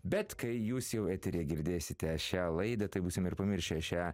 bet kai jūs jau eteryje girdėsite šią laidą tai būsim ir pamiršę šią